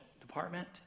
department